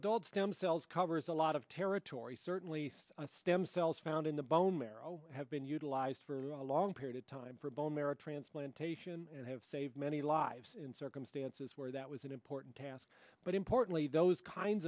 adult stem cells covers a lot of territory certainly a stem cells found in the bone marrow have been utilized for a long period of time for bone marrow transplantation and have saved many lives in circumstances where that was an important task but importantly those kinds